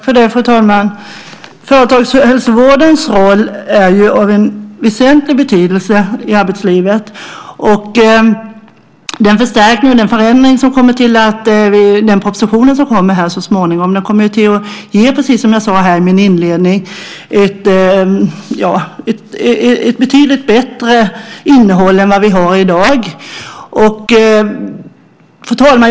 Fru talman! Företagshälsovårdens roll är av väsentlig betydelse i arbetslivet. Den förstärkning och den förändring som blir i och med den proposition som kommer så småningom kommer, precis som jag sade i inledningen av mitt anförande, att ge ett betydligt bättre innehåll än det vi i dag har. Fru talman!